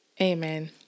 Amen